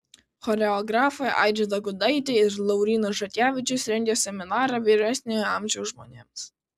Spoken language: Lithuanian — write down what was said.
choreografai airida gudaitė ir laurynas žakevičius rengia seminarą vyresnio amžiaus žmonėms